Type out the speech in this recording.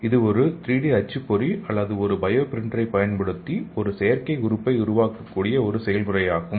இது ஒரு 3D அச்சுப்பொறி அல்லது ஒரு பயோ பிரிண்டரைப் பயன்படுத்தி ஒரு செயற்கை உறுப்பை உருவாக்கக்கூடிய ஒரு செயல்முறையாகும்